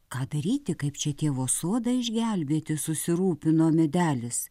ką daryti kaip čia tėvo sodą išgelbėti susirūpino medelis